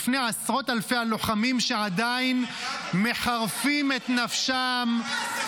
בפני עשרות אלפי הלוחמים שעדיין מחרפים את נפשם -- הוא יתנצל?